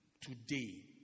today